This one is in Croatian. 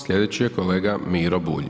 Sljedeći je kolega Miro Bulj.